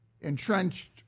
entrenched